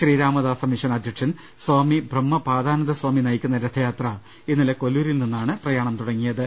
Sree Ramadasa Mission അധ്യക്ഷൻ Swami Brahmapadananda Swami നയിക്കുന്ന രഥയാത്ര ഇന്നലെ കൊല്ലൂ രിൽ നിന്നാണ് പ്രയാണം തുടങ്ങിയത്